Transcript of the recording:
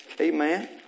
Amen